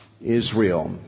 Israel